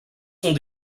sont